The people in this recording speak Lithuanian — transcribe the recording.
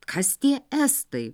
kas tie estai